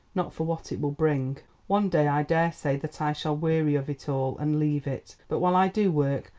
not for what it will bring. one day i daresay that i shall weary of it all and leave it. but while i do work,